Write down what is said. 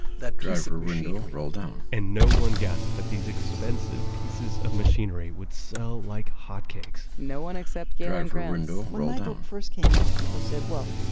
that piece of machinery and no one guessed that these expensive pieces of machinery would sell like hotcakes no one except galen cranz when my book first came out, people said, well,